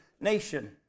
nation